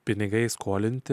pinigai skolinti